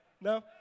No